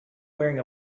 wearing